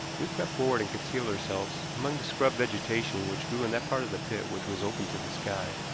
we crept forward and concealed ourselves among the scrub vegetation which grew in that part of the pit which was open to the sky.